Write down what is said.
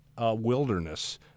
wilderness